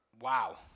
Wow